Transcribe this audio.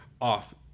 off